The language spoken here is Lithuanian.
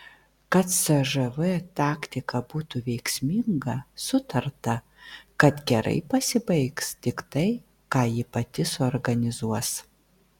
kad cžv taktika būtų veiksminga sutarta kad gerai pasibaigs tik tai ką ji pati suorganizuos